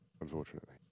unfortunately